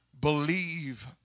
believe